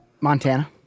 Montana